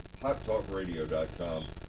HotTalkRadio.com